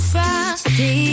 Frosty